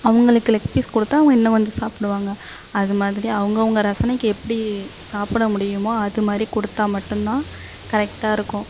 அவங்களுக்கு leg piece கொடுத்தா அவங்க இன்னும் கொஞ்சம் சாப்பிடுவாங்க அது மாதிரி அவுங்கவங்க ரசனைக்கு எப்படி சாப்பிட முடியுமோ அது மாதிரி கொடுத்தா மட்டும்தான் கரெக்டாக இருக்கும்